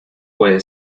puede